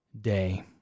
day